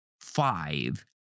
five